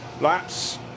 laps